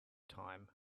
time